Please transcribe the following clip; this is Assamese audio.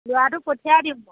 ল'ৰাটো পঠিয়াই দিম